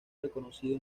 reconocido